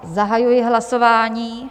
Zahajuji hlasování.